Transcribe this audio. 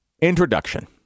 introduction